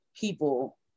people